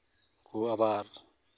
ᱠᱚ ᱟᱵᱟᱨ